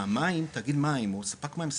תאגיד מים או ספק מים,